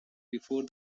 before